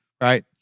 Right